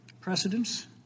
precedents